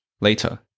later